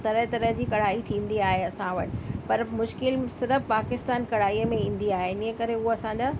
तरह तरह जी कढ़ाई थींदी आहे असां वटि पर मुश्किलु सिर्फ़ु पाकिस्तान कढ़ाईअ में ईंदी आहे इन ई करे उहो असांजा